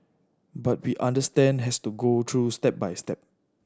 but we understand has to go through step by step